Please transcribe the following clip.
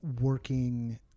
working